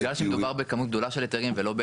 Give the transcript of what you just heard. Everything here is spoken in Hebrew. בגלל שמדובר בכמות גדולה של היתרים ולא,